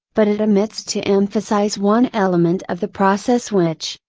but it omits to emphasize one element of the process which,